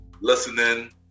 listening